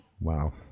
Wow